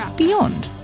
beyond.